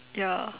ya